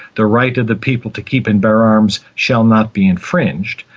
the right of the people to keep and bear arms shall not be infringed',